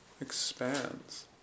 expands